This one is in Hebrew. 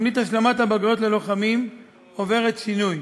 תוכנית השלמת הבגרויות ללוחמים עוברת שינוי,